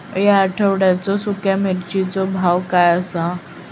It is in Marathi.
या आठवड्याचो सुख्या मिर्चीचो भाव काय आसा?